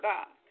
God